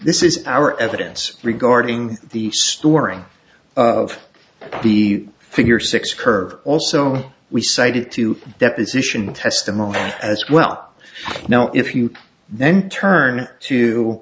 this is our evidence regarding the storing of the figure six curve also we cited to deposition testimony as well now if you then t